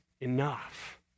enough